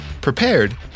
prepared